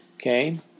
Okay